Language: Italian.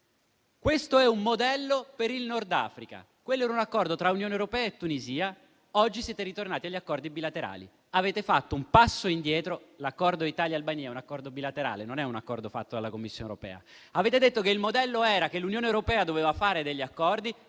questo è un modello per il Nord Africa. Quello era un accordo tra Unione europea e Tunisia, mentre oggi siete ritornati agli accordi bilaterali. Avete fatto un passo indietro; l'accordo Italia-Albania è un accordo bilaterale, non è un accordo fatto dalla Commissione europea. Avete detto che il modello era che l'Unione europea doveva fare degli accordi